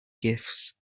gifts